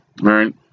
right